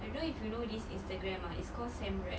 I don't know if you know this Instagram ah it's called Sanwraps